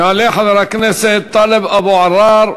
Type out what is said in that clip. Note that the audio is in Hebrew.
יעלה חבר הכנסת טלב אבו עראר,